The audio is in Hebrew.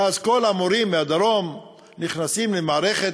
ואז כל המורים מהדרום נכנסים למערכת,